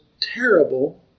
terrible